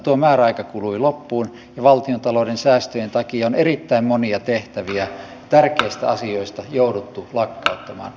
tuo määräaika kului loppuun ja valtiontalouden säästöjen takia on erittäin monia tehtäviä tärkeissä asioissa jouduttu lakkauttamaan